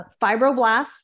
fibroblasts